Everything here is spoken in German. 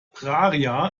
praia